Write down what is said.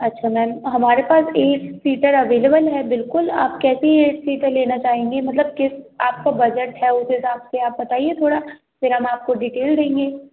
अच्छा मैम हमारे पास एक सीटर अवेलेबल है बिलकुल आप कैसी सीटे लेना चाहेंगे मतलब आपका बजट है उस हिसाब से आप बताइए थोड़ा फ़िर हम आपको डिटेल देंगे